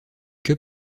que